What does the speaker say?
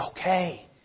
okay